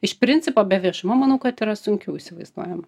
iš principo be viešumo manau kad yra sunkiau įsivaizduojama